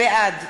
בעד